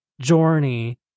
journey